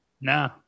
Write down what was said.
no